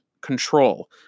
control